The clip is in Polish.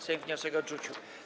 Sejm wniosek odrzucił.